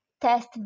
test